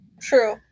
True